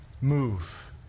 move